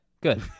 good